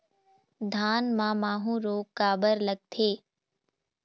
धान म माहू रोग काबर लगथे?